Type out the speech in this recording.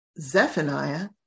Zephaniah